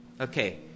Okay